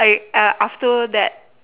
I uh after that